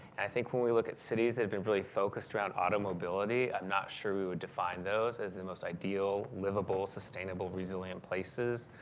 i think when we look at cities that have been really focused around auto mobility. i'm not sure we would define those as the most ideal, livable, sustainable resilient places.